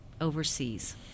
overseas